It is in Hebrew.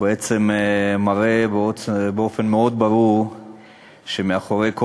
ובעצם מראה באופן מאוד ברור שמאחורי כל